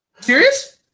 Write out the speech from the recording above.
Serious